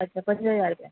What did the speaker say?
अच्छा पंज हज़ार रुपिया